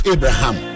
Abraham